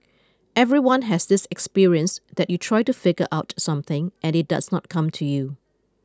everyone has this experience that you try to figure out something and it does not come to you